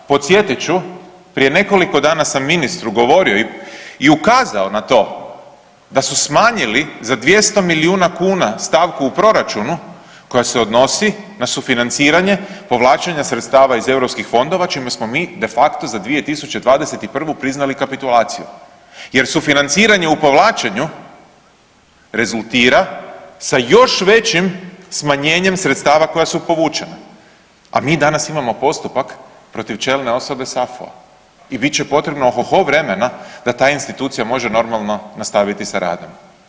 Podsjetit ću prije nekoliko dana sam ministru govorio i ukazao na to da su smanjili za 200 milijuna kuna stavku u proračunu koja se odnosi na sufinanciranje povlačenja sredstava iz europskih fondova čime smo mi de facto za 2021. priznali kapitulaciju, jer sufinanciranje u povlačenju rezultira sa još većim smanjenjem sredstava koja su povučena, a mi danas imamo postupak protiv čelne osobe SAFU-a i bit će potrebno o ho ho vremena da ta institucija može normalno nastaviti sa radom.